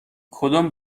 کدام